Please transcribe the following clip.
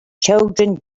children